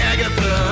Agatha